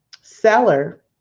seller